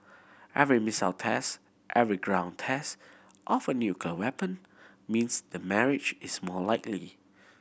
every missile test every ground test of a nuclear weapon means the marriage is more likely